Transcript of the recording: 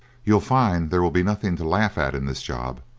you'll find there will be nothing to laugh at in this job,